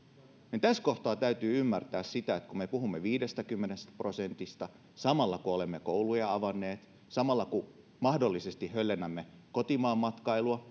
tässä kohtaa täytyy ymmärtää kun me puhumme viidestäkymmenestä prosentista samalla kun olemme kouluja avanneet samalla kun mahdollisesti höllennämme kotimaanmatkailua